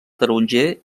taronger